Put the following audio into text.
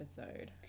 episode